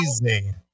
Amazing